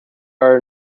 are